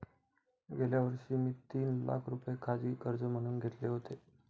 गेल्या वर्षी मी तीन लाख रुपये खाजगी कर्ज म्हणून घेतले होते